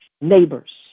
neighbors